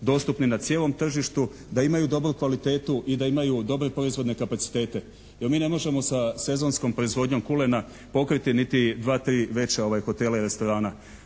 dostupni na cijelom tržištu, da imaju dobru kvalitetu i da imaju dobre proizvodne kapacitete, jer mi ne možemo sezonskom proizvodnjom kulena pokriti niti dva, tri veća hotela ili restorana.